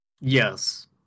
Yes